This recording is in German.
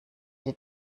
die